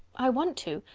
i want to,